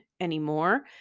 anymore